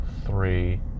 three